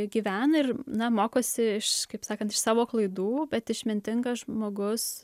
gyvena ir na mokosi iš kaip sakant iš savo klaidų bet išmintingas žmogus